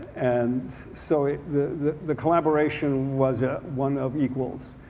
and so the the collaboration was ah one of equals.